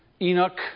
Enoch